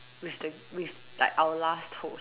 with the with like our last host